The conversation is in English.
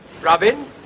Robin